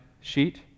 sheet